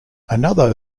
another